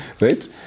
Right